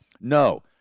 No